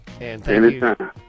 Anytime